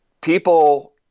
people